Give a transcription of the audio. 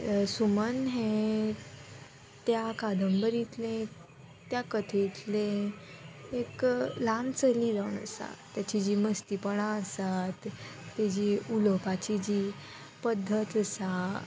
सुमन हें त्या कादंबरींतलें त्या कथेंतलें एक ल्हान चली जावन आसा तेची जीं मस्तीपणां आसात तेजी उलोवपाची जी पद्दत आसा